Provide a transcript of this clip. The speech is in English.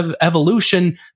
evolution